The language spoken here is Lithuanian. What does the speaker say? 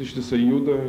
ištisai juda